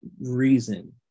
reason